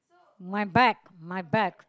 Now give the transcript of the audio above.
my back my back